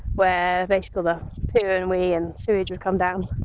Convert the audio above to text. where basically, all the poo and wee, and sewerage would come down.